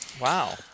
wow